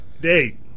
Date